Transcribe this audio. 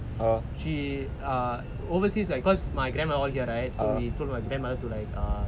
she err overseas like because my grandmother all here right so we told my grandmother to like err